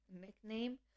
Nickname